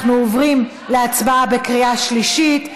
אנחנו עוברים להצבעה בקריאה שלישית.